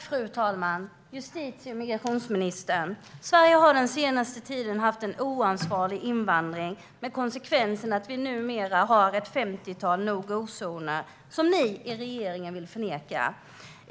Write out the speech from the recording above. Fru talman! Justitie och migrationsministern! Sverige har den senaste tiden haft en oansvarig invandring med konsekvensen att vi numera har ett femtiotal no-go-zoner, som ni i regeringen vill förneka.